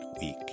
week